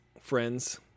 friends